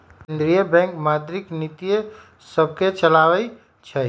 केंद्रीय बैंक मौद्रिक नीतिय सभके चलाबइ छइ